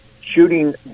shooting